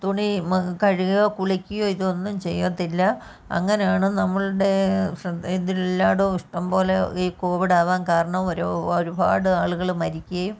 തുണി മ കഴുകുകയോ കുളിക്കയോ ഇതൊന്നും ചെയ്യത്തില്ല അങ്ങനെയാണ് നമ്മളുടേ ശ്രദ്ധ ഇതെല്ലായിടവും ഇഷ്ടംപോലെ ഈ കോവിഡ് ആകാൻ കാരണം ഒരോ ഒരുപാട് ആളുകൾ മരിക്കുകയും